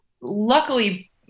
luckily